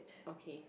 okay